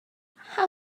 how